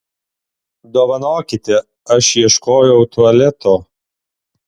dovanokite aš ieškojau tualeto